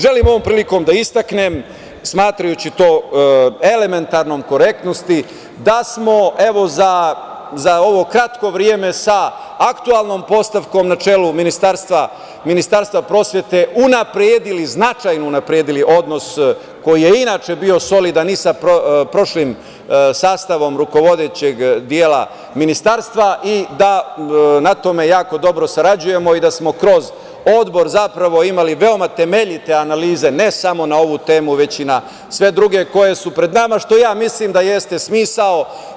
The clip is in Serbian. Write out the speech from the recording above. Želim ovom prilikom da istaknem, smatrajući to elementarnom korektnosti, da smo za ovo kratko vreme sa aktuelnom postavkom na čelu Ministarstva prosvete unapredili, značajno unapredili odnos koji je inače bio solidan i sa prošlim sastavom rukovodećeg dela Ministarstva i da na tome jako dobro sarađujemo, kao i da smo kroz odbor zapravo imali veoma temeljite analize, ne samo na ovu temu već i na sve druge koje su pred nama, što ja mislim da jeste smisao.